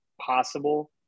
possible